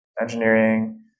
engineering